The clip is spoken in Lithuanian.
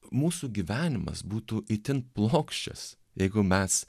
mūsų gyvenimas būtų itin plokščias jeigu mes